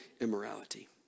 immorality